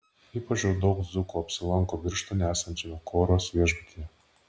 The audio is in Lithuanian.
ypač daug dzūkų apsilanko birštone esančiame koros viešbutyje